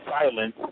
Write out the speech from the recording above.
silence